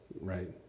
right